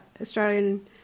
Australian